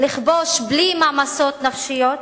לכבוש בלי מעמסות נפשיות.